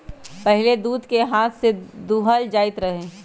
पहिले दूध के हाथ से दूहल जाइत रहै